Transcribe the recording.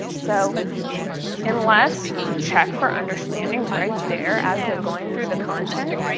so unless you check for understanding right there as they're going through the content,